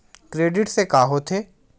Credit से का होथे?